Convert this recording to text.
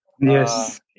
yes